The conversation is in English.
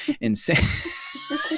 insane